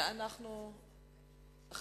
דיון במליאה.